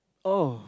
oh